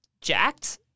jacked